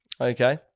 Okay